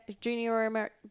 junior